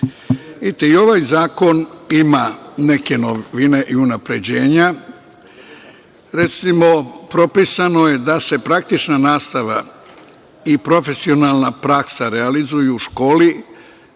i ovaj zakon ima neke novine i unapređenja. Recimo, propisano je da se praktična nastava i profesionalna praksa realizuju u školi,